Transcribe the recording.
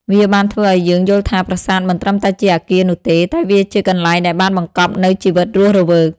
វាបានធ្វើឲ្យយើងយល់ថាប្រាសាទមិនត្រឹមតែជាអគារនោះទេ តែវាជាកន្លែងដែលបានបង្កប់នូវជីវិតរស់រវើក។